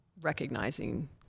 recognizing